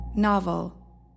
Novel